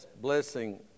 blessing